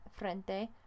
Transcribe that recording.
frente